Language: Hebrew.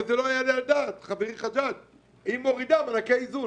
היא מורידה מענקי איזון.